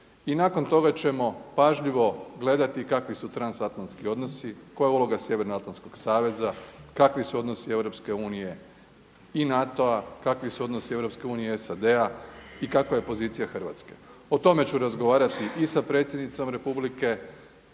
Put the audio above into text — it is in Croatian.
i nakon toga ćemo pažljivo gledati kakvi su transatlantski odnosio, koja je uloga sjeverno atlantskog saveza, kakvi su odnosi EU i NATO-a, kakvi su odnosi EU i SAD-a i kakva je pozicija Hrvatske. O tome ću razgovarati i sa predsjednicom republike